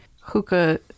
hookah